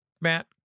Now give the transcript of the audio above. Matt